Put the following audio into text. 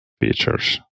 features